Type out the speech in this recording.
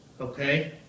Okay